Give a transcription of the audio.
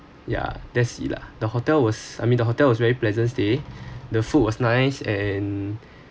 ya that's it lah the hotel was I mean the hotel was very pleasant stay the food was nice and